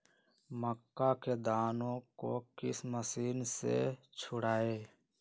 मक्का के दानो को किस मशीन से छुड़ाए?